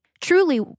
Truly